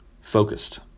focused